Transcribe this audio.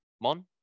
Mon